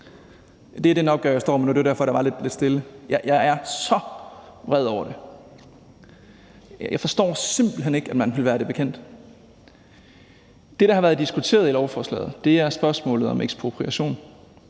Det er den opgave, jeg står med nu, og jeg er så vred over det. Jeg forstår simpelt hen ikke, at man vil være det bekendt. Det, der har været diskuteret i lovforslaget, er spørgsmålet om ekspropriation.